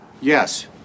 Yes